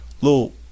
little